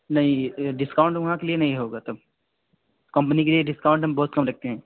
नहीं यह डिस्काउंट वहाँ के लिए नहीं होगा तब कंपनी के लिए डिस्काउंट हम बहुत कम रखते हैं